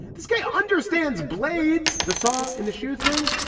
this guy understands blades. the saw in the shoe thing.